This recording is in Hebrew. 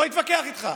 לא אתווכח איתך,